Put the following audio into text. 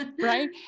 Right